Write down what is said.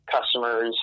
customers